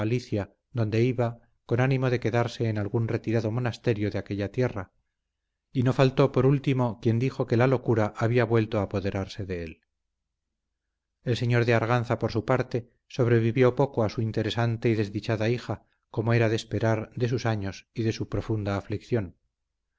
donde iba con ánimo de quedarse en algún retirado monasterio de aquella tierra y no faltó por último quien dijo que la locura había vuelto a apoderarse de él el señor de arganza por su parte sobrevivió poco a su interesante y desdichada hija como era de esperar de sus años y de su profunda aflicción